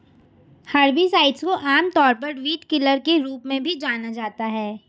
herbicides को आमतौर पर वीडकिलर के रूप में भी जाना जाता है